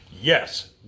Yes